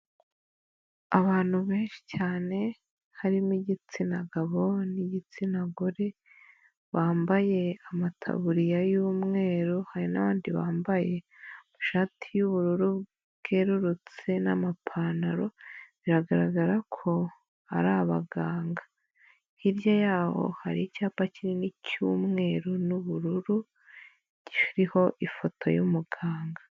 Abantu benshi cyane harimo igitsina gabo n'igitsina gore, bambaye amataburiya y'umweru hari n'abandi bambaye amashati y'ubururu bwerurutse n'amapantaro biragaragara ko ari abaganga, hirya yabo hari icyapa kinini cy'umweru n'ubururu kiriho ifoto y'umuganga.